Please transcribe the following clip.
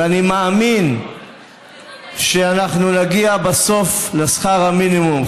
ואני מאמין שאנחנו נגיע בסוף לשכר המינימום.